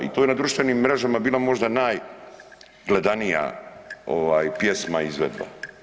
I to je na društvenim mrežama bilo možda najgledanija pjesma i izvedba.